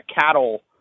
cattle